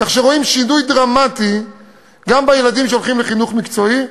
כך שרואים שינוי דרמטי גם בילדים שהולכים לחינוך מקצועי,